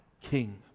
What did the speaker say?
king